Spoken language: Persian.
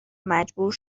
مجبور